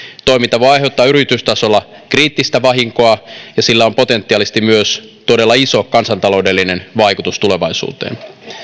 toiminta voi aiheuttaa yritystasolla kriittistä vahinkoa ja sillä on potentiaalisesti myös todella iso kansantaloudellinen vaikutus tulevaisuuteen